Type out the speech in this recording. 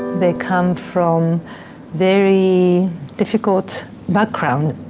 they come from very difficult backgrounds.